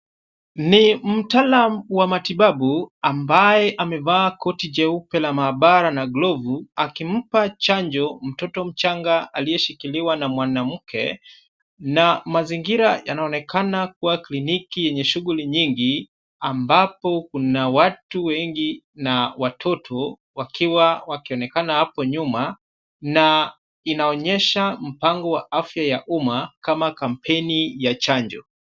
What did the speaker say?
Ni mtaalamu wa matibabu ambaye amevaa koti jeupe la maabara na glovu akimpa chanjo mtoto mchanga aliyeshikiliwa na mwanamke na mazingira yanaonekana kuwa kliniki yenye shughuli nyingi ambapo kuna watu wengi na watoto wakiwa wakionekana hapo nyuma na inaonyesha mpango wa afya ya umma kama kampeni ya chanjo.